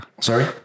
sorry